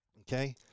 Okay